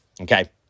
Okay